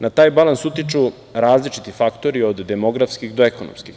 Na taj balans utiču različiti faktori, od demografskih do ekonomskih.